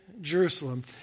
Jerusalem